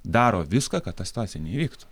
daro viską kad ta situacija neįvyktų